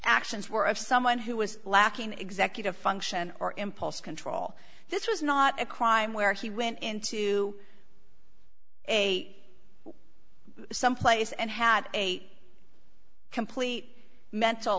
actions were of someone who was lacking executive function or impulse control this was not a crime where he went into a some place and had a complete mental